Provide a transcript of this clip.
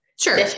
Sure